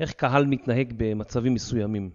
איך קהל מתנהג במצבים מסוימים